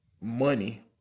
money